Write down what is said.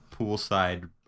poolside